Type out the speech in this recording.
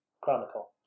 Chronicle